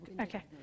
Okay